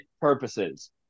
purposes